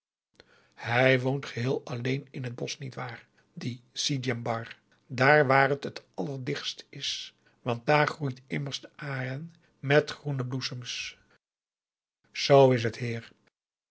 hij woont geheel alleen in het bosch niet waar die si djembar daar waar het t allerdichtst is want daar groeit immers de arèn met groene bloesems zoo is het heer